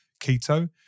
keto